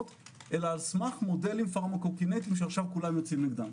אלא על סמך מודלים פארמה קוקינטים שעכשיו כולם יוצאים נגדם.